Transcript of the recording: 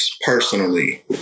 personally